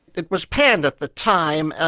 it was panned at the time, ah